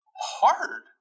hard